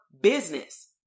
business